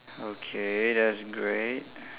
okay that's great